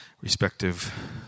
respective